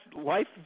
life